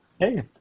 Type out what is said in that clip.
Hey